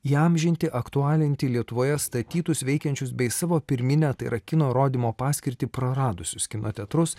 įamžinti aktualinti lietuvoje statytus veikiančius bei savo pirminę tai yra kino rodymo paskirtį praradusius kino teatrus